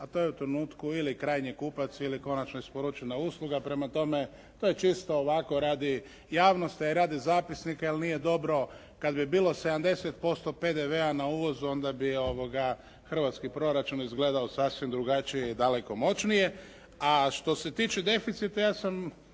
a to je u trenutku ili krajnji kupac ili konačno isporučena usluga, prema tome to je čisto ovako radi javnosti, a i radi zapisnika jer nije dobro, kad bi bilo 70% PDV-a na uvoz, onda bi hrvatski proračun izgledao sasvim drugačije i daleko moćnije. A što se tiče deficita, ja sam